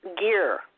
gear